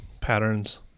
patterns